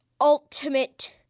Ultimate